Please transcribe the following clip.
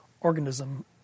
organism